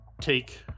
take